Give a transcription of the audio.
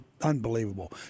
unbelievable